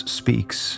speaks